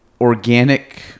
organic